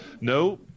No